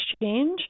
exchange